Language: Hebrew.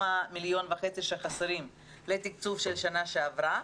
ה-1,500,000 שחסרים לתקצוב של שנה שעברה.